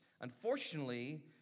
Unfortunately